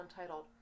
entitled